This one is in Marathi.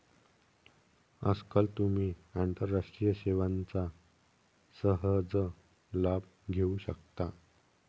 आजकाल तुम्ही आंतरराष्ट्रीय सेवांचा सहज लाभ घेऊ शकता